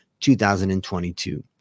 2022